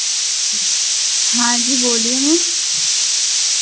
हाँ जी बोलिए ना